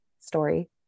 story